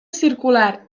circular